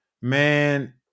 Man